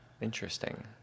Interesting